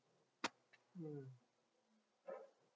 mm